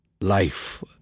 life